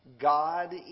God